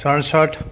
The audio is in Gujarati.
સડસઠ